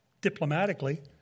diplomatically